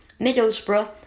Middlesbrough